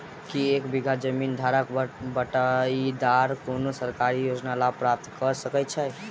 की एक बीघा जमीन धारक वा बटाईदार कोनों सरकारी योजनाक लाभ प्राप्त कऽ सकैत छैक?